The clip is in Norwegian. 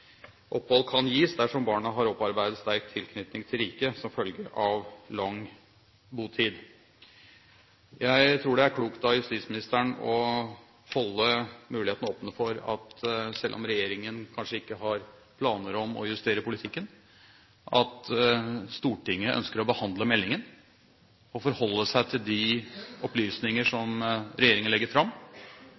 Opphold kan gis dersom barnet har opparbeidet sterk tilknytning til riket som følge av lang botid. Jeg tror det er klokt av justisministeren å holde mulighetene åpne for, selv om regjeringen kanskje ikke har planer om å justere politikken, at Stortinget ønsker å behandle meldingen og forholde seg til de opplysninger som regjeringen legger fram,